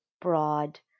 broad